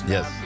Yes